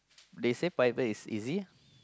they say fibre is easy